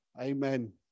Amen